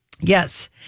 Yes